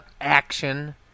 action